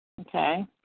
okay